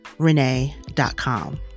renee.com